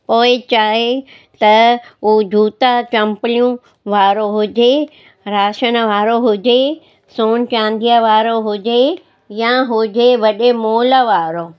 पोइ चाहे त हू जूता चम्पलियूं वारो हुजे राशन वारो हुजे सोन चांदीअ वारो हुजे या हुजे वॾे मॉल वारो